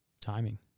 Timing